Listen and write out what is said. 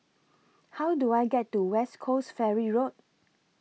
How Do I get to West Coast Ferry Road